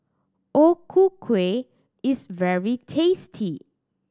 O Ku Kueh is very tasty